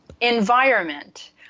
environment